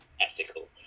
ethical